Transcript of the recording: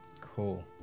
cool